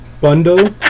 bundle